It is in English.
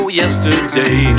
yesterday